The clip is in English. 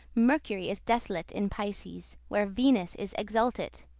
mercury is desolate in pisces, where venus is exaltate,